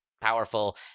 powerful